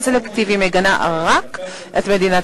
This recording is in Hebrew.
מאז הקמתה, מדינת